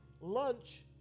lunch